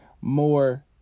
more